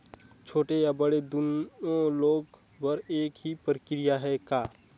छोटे या बड़े दुनो लोन बर एक ही प्रक्रिया है का?